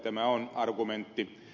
tämä on argumentti